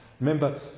remember